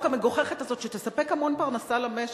המגוחכת הזאת שתספק המון פרנסה למשק,